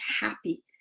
happy